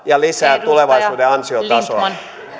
ja lisää tulevaisuuden ansiotasoa